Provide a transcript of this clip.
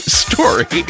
story